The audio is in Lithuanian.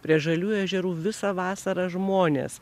prie žaliųjų ežerų visą vasarą žmonės